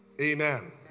Amen